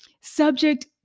subject